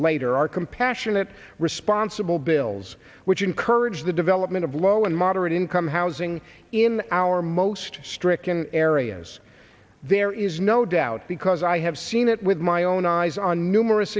later are compassionate responsible bills which encourage the development of low and moderate income housing in our most stricken areas there is no doubt because i have seen it with my own eyes on numerous